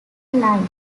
lynn